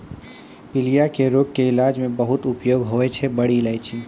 पीलिया के रोग के इलाज मॅ बहुत उपयोगी होय छै बड़ी इलायची